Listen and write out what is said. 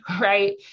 Right